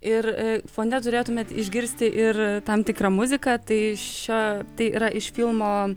ir fone turėtumėt išgirsti ir tam tikrą muziką tai šio tai yra iš filmo